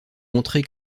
montrer